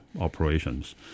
operations